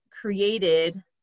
created